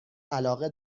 علاقه